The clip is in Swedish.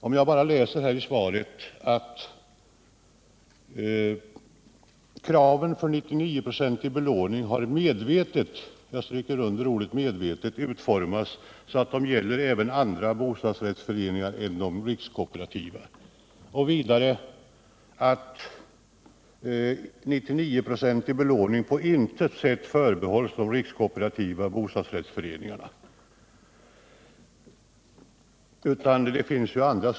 I svaret står bl.a. följande: ”Kraven för 99-procentig belåning har medvetet” — jag stryker under ordet medvetet — ”utformats så att de gäller även andra bostadsrättsföreningar än de rikskooperativa.” Vidare står ”att 99-procentig belåning på intet sätt förbehålls rikskooperativa bostadsrättsföreningar”.